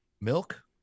milk